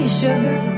sugar